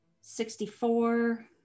sixty-four